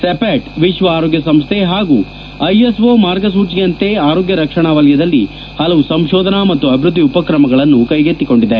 ಸಿಪೆಚ್ ವಿಶ್ವ ಆರೋಗ್ಯ ಸಂಸ್ಥೆ ಹಾಗೂ ಐಎಸ್ಒ ಮಾರ್ಗಸೂಚಿಯಂತೆ ಆರೋಗ್ಯ ರಕ್ಷಣಾ ವಲಯದಲ್ಲಿ ಹಲವು ಸಂಶೋಧನಾ ಮತ್ತು ಅಭಿವೃದ್ದಿ ಉಪಕ್ರಮಗಳನ್ನು ಕೈಗೆಕ್ತಿಕೊಂಡಿದೆ